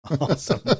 Awesome